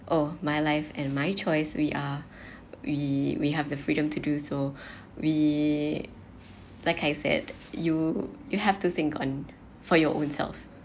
oh my life and my choice we are we we have the freedom to do so we like I said you you have to think on for your own self